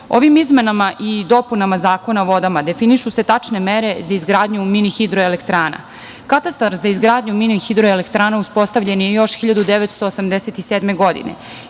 Ovim izmenama i dopunama Zakona o vodama definišu se tačne mere za izgradnju mini hidroelektrana. Katastar za izgradnju mini hidroelektrana uspostavljen je još 1987. godine